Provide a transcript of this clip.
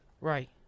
Right